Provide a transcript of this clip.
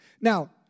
Now